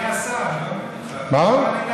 אדוני השר, אני לא מבין.